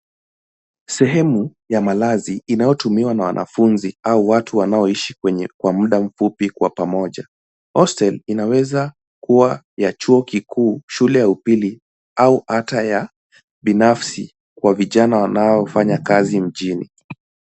Sehemu ya malazi inayotumiwa na wanafunzi au watu wanaoishi kwa muda mfupi kwa pamoja. Hostel inaweza kua ya chuo kikuu, shule ya upili, au hata ya binafsi, kwa vijana wanaofanya kazi mjini.